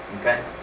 okay